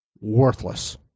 worthless